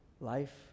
Life